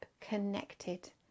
connected